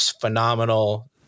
phenomenal